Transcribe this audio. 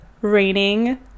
raining